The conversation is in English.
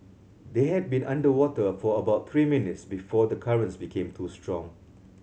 they had been underwater for about three minutes before the currents became too strong